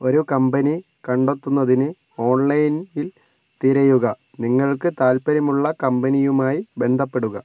ഒരു കമ്പനി കണ്ടെത്തുന്നതിന് ഓൺലൈനിൽ തിരയുക നിങ്ങൾക്ക് താൽപ്പര്യമുള്ള കമ്പനിയുമായി ബന്ധപ്പെടുക